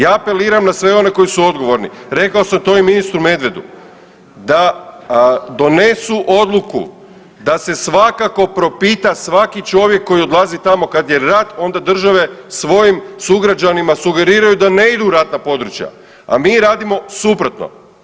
Ja apeliram na sve one koji su odgovorni, rekao sam to i ministru Medvedu da donesu odluku da se svakako propita svaki čovjek koji odlazi tamo kad je rat onda države svojim sugrađanima sugeriraju da ne idu u ratna područja, a mi radimo suprotno.